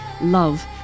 love